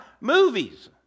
Movies